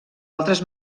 altres